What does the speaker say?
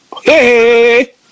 Hey